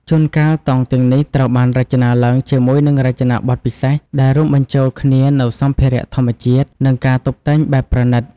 ជួនកាល តង់ទាំងនេះត្រូវបានរចនាឡើងជាមួយនឹងរចនាបថពិសេស ដែលរួមបញ្ចូលគ្នានូវសម្ភារៈធម្មជាតិ និងការតុបតែងបែបប្រណីត។